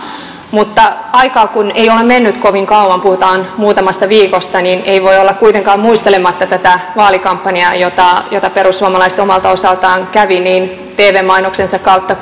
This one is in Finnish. mutta kun aikaa ei ole ole mennyt kovin kauan puhutaan muutamasta viikosta niin ei voi olla kuitenkaan muistelematta tätä vaalikampanjaa jota jota perussuomalaiset omalta osaltaan kävivät niin tv mainoksensa kautta